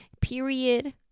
Period